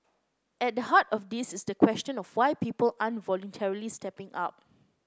at the heart of this is the question of why people aren't voluntarily stepping up